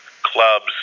clubs